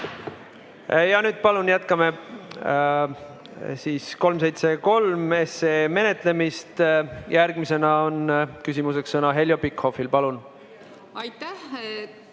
nüüd palun jätkame 373 SE menetlemist. Järgmisena on küsimuseks sõna Heljo Pikhofil. Palun!